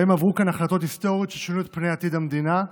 שבהם עברו כאן החלטות היסטוריות ששינו את פני עתיד המדינה,